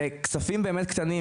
אלה כספים באמת קטנים,